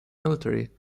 military